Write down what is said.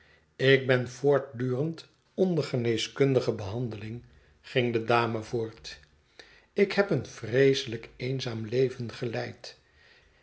ik ben voortdurend onder geneeskundige bem schetsen van boz y n i i handeling ging de dame voort ik heb een vreeselijk eenzaam leven geleid